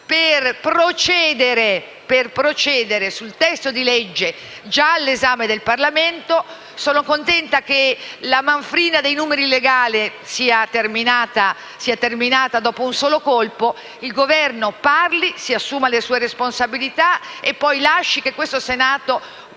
per procedere sul testo di legge già all'esame del Parlamento. Sono contenta che la manfrina dei numeri legali sia terminata dopo un solo colpo: il Governo parli, si assuma le sue responsabilità e poi lasci che questo Senato